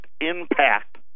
impact